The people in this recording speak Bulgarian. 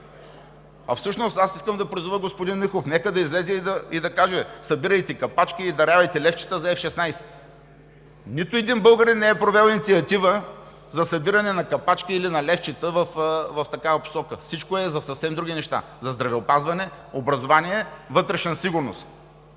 Всъщност аз искам да призова господин Михов – нека да излезе и да каже: „Събирайте капачки или дарявайте левчета за F-16!“ Нито един българин не е провел инициатива за събиране на капачки или на левчета в такава посока. Всичко е за съвсем други неща – за здравеопазване, образование, вътрешна сигурност.